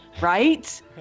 right